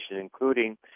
including